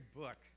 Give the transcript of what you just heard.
book